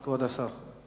כבוד השר.